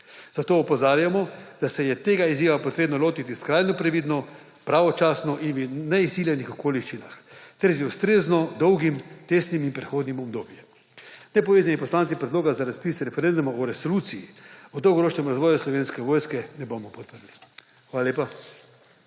Zato opozarjamo, da se je tega izziva potrebno lotiti skrajno previdno, pravočasno in v neizsiljenih okoliščinah ter z ustrezno dolgim testnim in prehodnim obdobjem. Nepovezani poslanci predloga za razpis referenduma o resoluciji o dolgoročnem razvoju Slovenske vojske ne bomo podprli. Hvala lepa.